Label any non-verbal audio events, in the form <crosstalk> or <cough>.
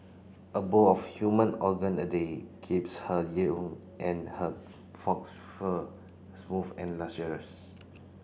a bowl of human organ a day keeps her <unintelligible> and her fox fur smooth and lustrous